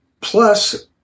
Plus